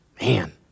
Man